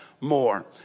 more